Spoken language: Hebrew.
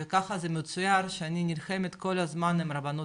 וככה זה מצוין שאני נלחמת כל הזמן עם רבנות